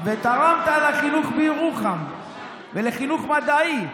ותרמת לחינוך בירוחם ולחינוך מדעי.